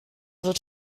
wird